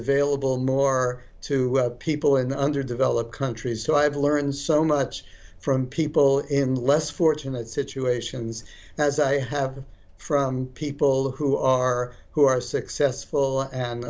available more to people in underdeveloped countries so i've learned so much from people in less fortunate situations as i have from people who are who are successful and